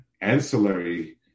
ancillary